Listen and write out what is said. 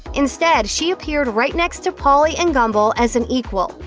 instead, she appeared right next to pauley and gumbel as an equal.